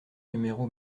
numéro